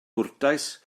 gwrtais